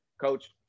Coach